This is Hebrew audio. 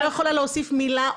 אני לא יכולה להוסיף מילה,